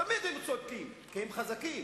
תמיד הם צודקים, כי הם חזקים.